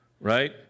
Right